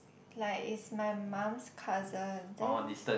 like is my mom's cousin then